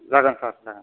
जागोन सार जागोन